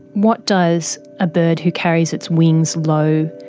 what does a bird who carries its wings low,